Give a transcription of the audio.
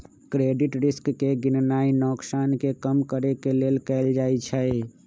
credit risk के गीणनाइ नोकसान के कम करेके लेल कएल जाइ छइ